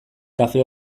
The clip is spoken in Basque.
kafe